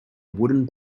wooden